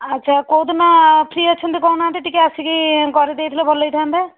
ଆଚ୍ଛା କେଉଁଦିନ ଫ୍ରି ଅଛନ୍ତି କହୁନାହାଁନ୍ତି ଟିକେ ଆସିକି କରିଦେଇଥିଲେ ଭଲ ହୋଇଥାନ୍ତା